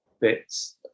bits